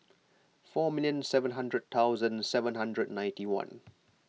four minute seven hundred thousand seven hundred ninety one